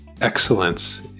Excellence